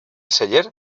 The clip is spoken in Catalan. celler